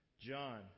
John